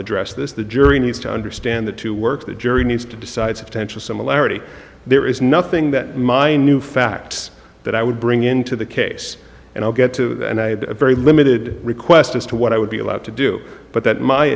address this the jury needs to understand that to work the jury needs to decide substantial similarity there is nothing ing that my new facts that i would bring into the case and i'll get to a very limited request as to what i would be allowed to do but that my